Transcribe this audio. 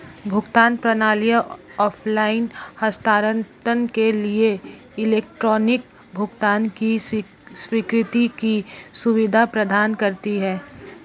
भुगतान प्रणाली ऑफ़लाइन हस्तांतरण के लिए इलेक्ट्रॉनिक भुगतान की स्वीकृति की सुविधा प्रदान करती है